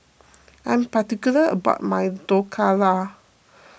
I am particular about my Dhokla